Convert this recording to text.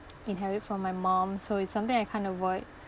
inherit from my mum so it's something I can't avoid